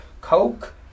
Coke